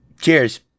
Cheers